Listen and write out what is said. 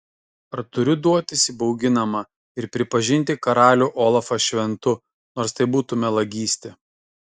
ar turiu duotis įbauginama ir pripažinti karalių olafą šventu nors tai būtų melagystė